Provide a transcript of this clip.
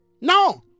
No